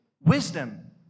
wisdom